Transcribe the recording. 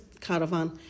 caravan